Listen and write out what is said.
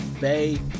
Bay